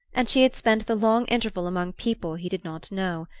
and she had spent the long interval among people he did not know,